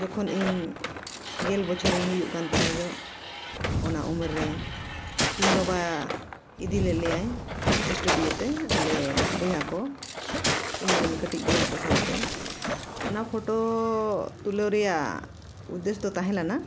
ᱡᱚᱠᱷᱚᱱ ᱤᱧ ᱜᱮᱞ ᱵᱚᱪᱷᱚᱨᱤᱧ ᱦᱩᱭᱩᱜ ᱠᱟᱱ ᱛᱟᱦᱮᱸᱡᱚᱜ ᱚᱱᱟ ᱩᱢᱮᱨ ᱨᱮ ᱤᱧ ᱵᱟᱵᱟ ᱤᱫᱤ ᱞᱮᱫ ᱞᱮᱭᱟᱭ ᱥᱴᱩᱰᱤᱭᱳ ᱛᱮ ᱟᱞᱮ ᱵᱚᱭᱦᱟᱠᱚ ᱤᱧᱨᱮᱱ ᱠᱟᱹᱴᱤᱡ ᱵᱚᱭᱦᱟᱠᱚ ᱥᱟᱶᱛᱮ ᱚᱱᱟ ᱯᱷᱳᱴᱳ ᱛᱩᱞᱟᱹᱣ ᱨᱮᱱᱟᱜ ᱩᱫᱽᱫᱮᱥᱚ ᱫᱚ ᱛᱟᱦᱮᱸ ᱞᱮᱱᱟ